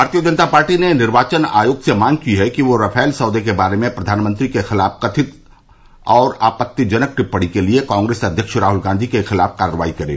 भारतीय जनता पार्टी ने निर्वाचन आयोग से मांग की है कि वह रफाल सौदे के बारे में प्रधानमंत्री के खिलाफ कथित और आपत्तिजनक टिप्पणी के लिए कांग्रेस अध्यक्ष राहुल गांधी के खिलाफ कार्रवाई करे